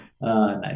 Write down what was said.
nice